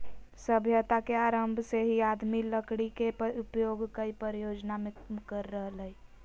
सभ्यता के आरम्भ से ही आदमी लकड़ी के उपयोग कई प्रयोजन मे कर रहल हई